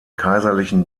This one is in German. kaiserlichen